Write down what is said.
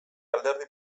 alderdi